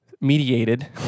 mediated